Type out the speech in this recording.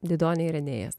didonija ir enėjas